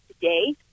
today